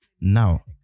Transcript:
Now